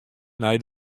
nei